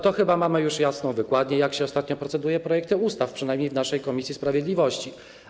To chyba mamy już jasną wykładnię, jak się ostatnio proceduje nad projektami ustaw, przynajmniej w naszej komisji sprawiedliwości.